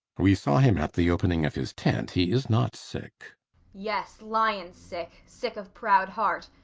we saw him at the opening of his tent. he is not sick yes, lion-sick, sick of proud heart.